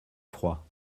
froid